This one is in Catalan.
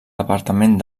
departament